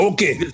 Okay